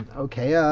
ah okay, yeah